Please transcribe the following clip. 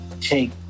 take